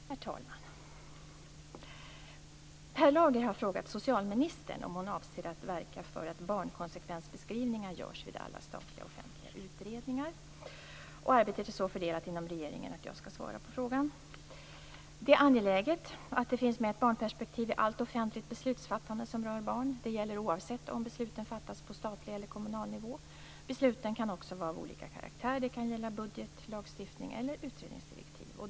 Herr talman! Per Lager har frågat socialministern om hon avser att verka för att barnkonsekvensbeskrivningar görs vid alla statliga offentliga utredningar. Arbetet är så fördelat inom regeringen att jag skall svara på frågan. Det är angeläget att det finns med ett barnperspektiv i allt offentligt beslutsfattande som rör barn. Det gäller oavsett om besluten fattas på statlig eller kommunal nivå. Besluten kan också vara av olika karaktär. Det kan gälla budget, lagstiftning eller utredningsdirektiv.